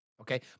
okay